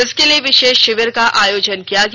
इसके लिए विशेष शिविर का आयोजन किया गया